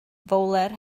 fowler